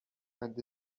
and